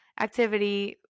Activity